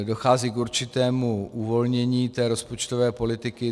Dochází k určitému uvolnění té rozpočtové politiky.